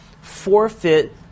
forfeit